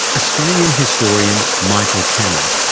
australian historian michael cannon,